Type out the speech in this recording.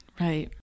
Right